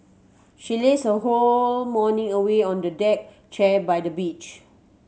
she lazed her whole morning away on a deck chair by the beach